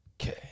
Okay